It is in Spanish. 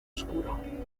oscuro